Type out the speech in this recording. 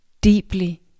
deeply